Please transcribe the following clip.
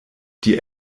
die